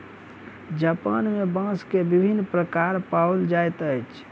Japan में बांस के विभिन्न प्रकार पाओल जाइत अछि